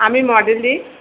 আমি মডেলিং